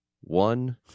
One